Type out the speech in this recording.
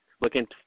looking